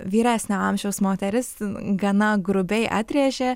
vyresnio amžiaus moteris gana grubiai atrėžė